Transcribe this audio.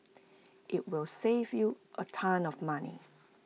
IT will save you A ton of money